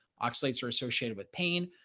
oxalates are associated with pain.